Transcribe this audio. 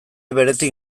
beretik